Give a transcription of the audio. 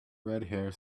redhair